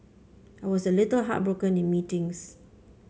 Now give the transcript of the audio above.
I was a little heartbroken in meetings